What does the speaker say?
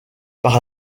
par